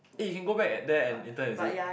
eh can go back eh there and intern is it